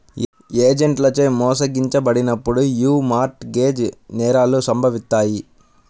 ఏజెంట్లచే మోసగించబడినప్పుడు యీ మార్ట్ గేజ్ నేరాలు సంభవిత్తాయి